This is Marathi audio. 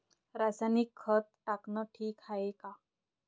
रासायनिक खत टाकनं ठीक हाये का?